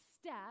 step